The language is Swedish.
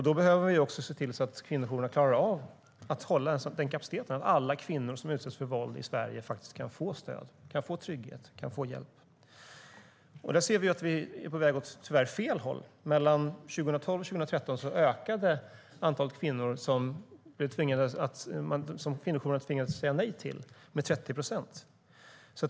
Då behöver vi se till att kvinnojourerna klarar av att hålla en sådan kapacitet att alla kvinnor som utsätts för våld i Sverige faktiskt kan få stöd, trygghet och hjälp. Vi ser att vi tyvärr är på väg åt fel håll där - mellan 2012 och 2013 ökade det antal kvinnor som kvinnojourerna tvingades säga nej till med 30 procent.